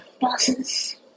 bosses